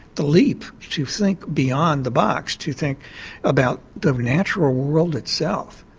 the leap to think beyond the box, to think about the natural world itself,